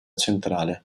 centrale